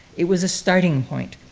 it was a starting point.